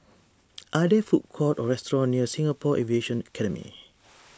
are there food courts or restaurants near Singapore Aviation Academy